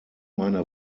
meine